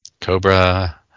Cobra